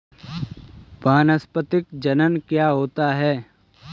वानस्पतिक जनन क्या होता है?